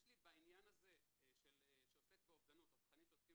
יש לי בעניין הזה שעוסק באובדנות או תכנים שעוסקים